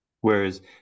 whereas